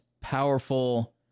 powerful